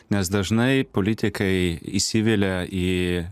nes dažnai politikai įsivelia į